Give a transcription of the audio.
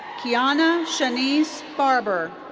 keanna shanice barber.